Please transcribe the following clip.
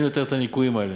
אין יותר הניכויים האלה.